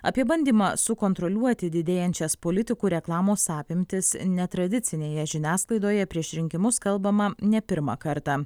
apie bandymą sukontroliuoti didėjančias politikų reklamos apimtis netradicinėje žiniasklaidoje prieš rinkimus kalbama ne pirmą kartą